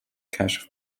cache